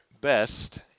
best